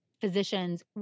physicians